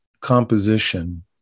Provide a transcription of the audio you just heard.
composition